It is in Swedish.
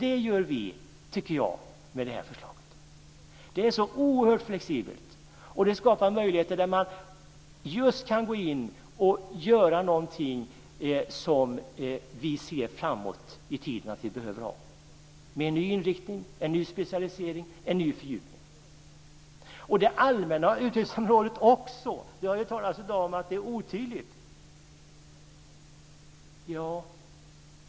Det tycker jag att vi gör med det här förslaget. Det är så oerhört flexibelt. Och det skapar möjligheter att gå in och göra någonting som vi ser att vi framåt i tiden behöver ha, med en ny inriktning, en ny specialisering, en ny fördjupning. Det har i dag också talats om att det allmänna utbildningsområdet är otydligt.